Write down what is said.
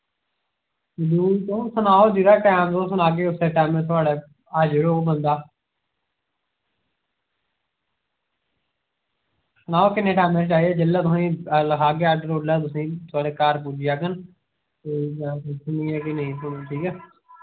तुस सनाओ जेह्ड़ा टैम तुस सनागे उस्सै टैम थोआढ़े हाजर होग बंदा सनाओ किन्नै टैमें पर चाहिदा जिसलै तुसेंगी लखागे आर्डर उसलै गै तुसेंगी थोआढ़े घर पुज्जी जाङन ठीक ऐ